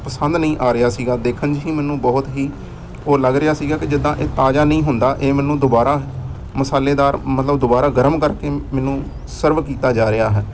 ਪਸੰਦ ਨਹੀਂ ਆ ਰਿਹਾ ਸੀਗਾ ਦੇਖਣ 'ਚ ਹੀ ਮੈਨੂੰ ਬਹੁਤ ਹੀ ਉਹ ਲੱਗ ਰਿਹਾ ਸੀਗਾ ਕਿ ਜਿੱਦਾਂ ਇਹ ਤਾਜ਼ਾ ਨਹੀਂ ਹੁੰਦਾ ਇਹ ਮੈਨੂੰ ਦੁਬਾਰਾ ਮਸਾਲੇਦਾਰ ਮਤਲਬ ਦੁਬਾਰਾ ਗਰਮ ਕਰਕੇ ਮੈਨੂੰ ਸਰਵ ਕੀਤਾ ਜਾ ਰਿਹਾ ਹੈ